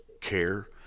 care